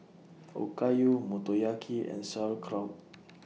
Okayu Motoyaki and Sauerkraut